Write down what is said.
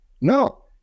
No